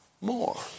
more